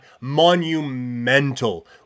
monumental